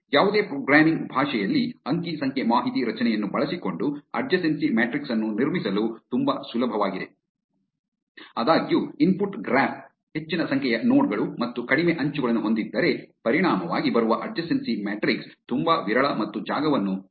ಯಾವುದೇ ಪ್ರೋಗ್ರಾಮಿಂಗ್ ಭಾಷೆಯಲ್ಲಿ ಅಂಕಿ ಸಂಖ್ಯೆ ಮಾಹಿತಿ ರಚನೆಯನ್ನು ಬಳಸಿಕೊಂಡು ಅಡ್ಜಸೆನ್ಸಿ ಮ್ಯಾಟ್ರಿಕ್ಸ್ ಅನ್ನು ನಿರ್ಮಿಸಲು ತುಂಬಾ ಸುಲಭವಾಗಿದೆ ಆದಾಗ್ಯೂ ಇನ್ಪುಟ್ ಗ್ರಾಫ್ ಹೆಚ್ಚಿನ ಸಂಖ್ಯೆಯ ನೋಡ್ ಗಳು ಮತ್ತು ಕಡಿಮೆ ಅಂಚುಗಳನ್ನು ಹೊಂದಿದ್ದರೆ ಪರಿಣಾಮವಾಗಿ ಬರುವ ಅಡ್ಜಸೆನ್ಸಿ ಮ್ಯಾಟ್ರಿಕ್ಸ್ ತುಂಬಾ ವಿರಳ ಮತ್ತು ಜಾಗವನ್ನು ತೆಗೆದುಕೊಳ್ಳುತ್ತದೆ